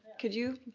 could you?